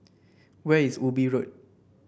where is Ubi Road